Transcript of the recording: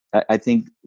i think